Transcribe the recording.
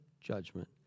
judgment